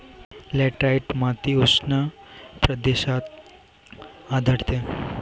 laterite माती उष्ण प्रदेशात आढळते